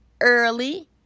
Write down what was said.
early